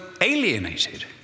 alienated